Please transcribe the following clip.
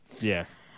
Yes